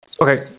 okay